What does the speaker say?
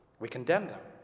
we condemn them